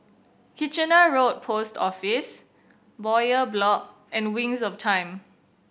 Kitchener Road Post Office Bowyer Block and Wings of Time